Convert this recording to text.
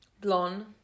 Blonde